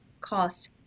cost